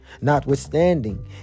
notwithstanding